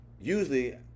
Usually